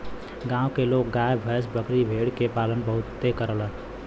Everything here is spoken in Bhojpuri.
गांव के लोग गाय भैस, बकरी भेड़ के पालन बहुते करलन